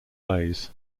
ways